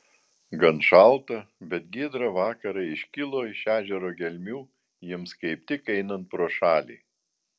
gan šaltą bet giedrą vakarą iškilo iš ežero gelmių jiems kaip tik einant pro šalį